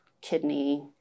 kidney